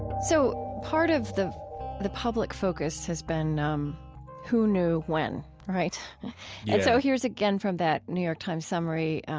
so part of the the public focus has been um who knew when, right? yeah and so here's again from that new york times summary.